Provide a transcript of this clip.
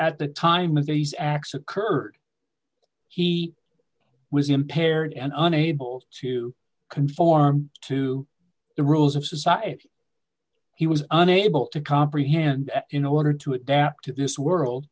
at the time of these acts occurred he was impaired and unable to conform to the rules of society he was unable to comprehend in order to adapt to this world